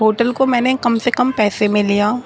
hotel کو میں نے کم سے کم پیسے میں لیا